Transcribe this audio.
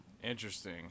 Interesting